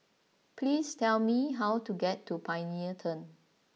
please tell me how to get to Pioneer Turn